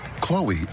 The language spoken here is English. Chloe